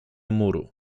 muru